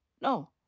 no